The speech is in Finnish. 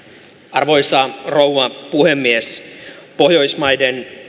arvoisa rouva puhemies pohjoismaiden